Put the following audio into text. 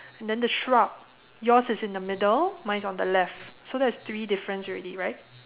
and then the shrub yours is in the middle mine is on the left so that's three difference already right